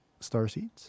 starseeds